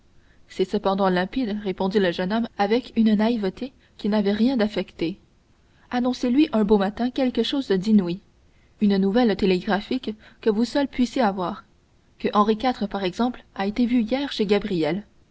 c'est cependant limpide répondit le jeune homme avec une naïveté qui n'avait rien d'affecté annoncez lui un beau matin quelque chose d'inouï une nouvelle télégraphique que vous seul puissiez savoir que henri iv par exemple a été vu hier chez gabrielle